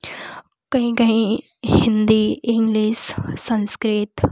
कहीं कहीं हिंदी इंग्लिस संस्कृत